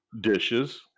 dishes